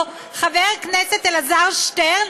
חבר הכנסת אלעזר שטרן,